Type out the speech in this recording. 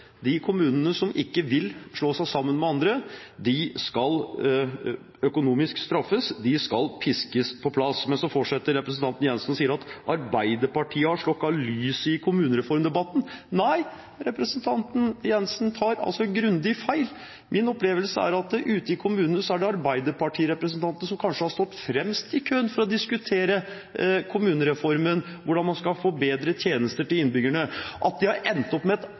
de kommunene som ikke vil slå seg sammen med andre, de skal straffes økonomisk. De skal piskes på plass. Men så fortsetter representanten Jenssen og sier at Arbeiderpartiet har slukket lyset i kommunereformdebatten. Nei, representanten Jenssen tar grundig feil. Min opplevelse er at ute i kommunene er det arbeiderpartirepresentantene som kanskje har stått fremst i køen for å diskutere kommunereformen og hvordan man skal få bedre tjenester til innbyggerne. At vi har endt opp med et